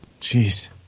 Jeez